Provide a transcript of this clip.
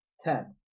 Ten